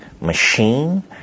machine